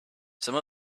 some